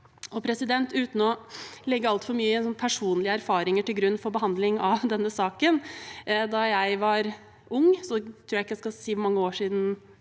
det på. Uten å legge altfor mange personlige erfaringer til grunn for behandling av denne saken: Da jeg var ung – jeg tror ikke jeg skal si hvor mange år siden